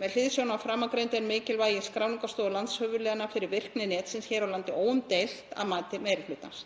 Með hliðsjón af framangreindu er mikilvægi skráningarstofa landshöfuðléna fyrir virkni netsins hér á landi óumdeilt að mati meiri hlutans.